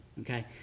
okay